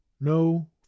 no